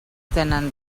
tenen